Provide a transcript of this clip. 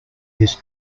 his